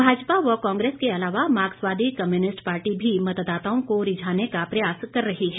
भाजपा व कांग्रेस के अलावा मार्क्सवादी कम्युनिस्ट पार्टी भी मतदाताओं को रिझाने का प्रयास कर रही है